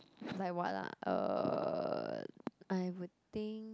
like what ah I would think